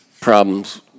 problems